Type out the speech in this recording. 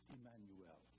Emmanuel